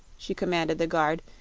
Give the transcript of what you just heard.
she commanded the guard,